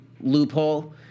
loophole